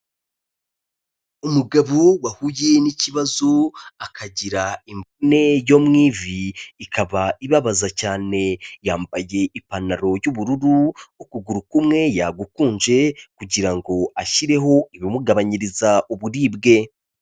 Umugabo wahuye n'ikibazo akagira imvune yo mu ivi ikaba ibabaza cyane, yambaye ipantaro y'ubururu ukuguru kumwe yagukunje kugira ngo ashyireho ibimugabanyiriza uburibwe.